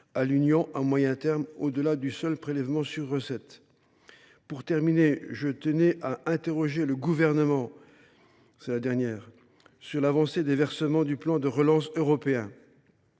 à l’Union européenne à moyen terme, au delà du seul prélèvement sur recettes. Pour terminer, je tenais à interroger le Gouvernement sur l’état d’avancement des versements du plan de relance européen.